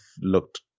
looked